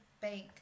bank